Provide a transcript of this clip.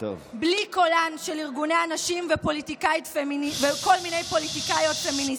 בלי קולם של ארגוני הנשים וכל מיני פוליטיקאיות פמיניסטיות.